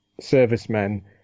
servicemen